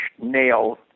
nail